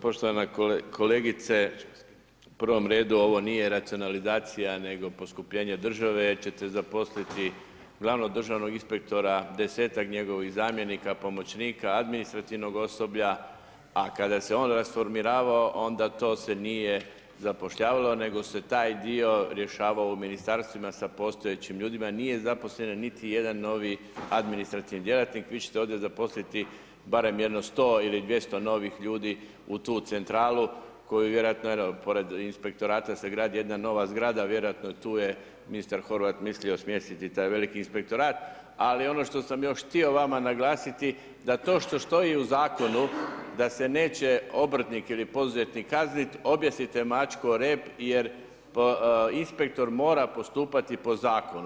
poštovana kolegice, u prvom redu ovo nije racionalizacija nego poskupljenje države jer ćete zaposliti glavnog državnog inspektora, desetak njegovih zamjenika, pomoćnika, administrativnog osoblja a kada se on rasformiravao, onda to se nije zapošljavalo nego se taj dio rješavao u ministarstvima sa postojećim ljudima jer nije zaposlen niti jedan novi administrativni djelatnik, vi ćete ovdje zaposliti barem jedno 100 ili 200 novih ljudi u tu centralu koju vjerojatno eno, pored inspektorata se gradi jedna nova zgrada, vjerojatno tu je ministar Horvat mislio smjestiti taj inspektorat ali ono što sam još htio vama naglasiti da to što stoji u zakonu da se neće obrtnik ili poduzetnik kazniti, objesite mačku o repu jer inspektor mora postupati po zakonu.